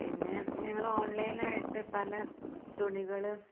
പിന്നെ ഞങ്ങൾ ഓണ്ലൈൻ ആയിട്ട് പല തുണികൾ